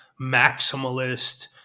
maximalist